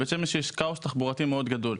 בבית שמש יש כאוס תחבורתי מאוד גדול.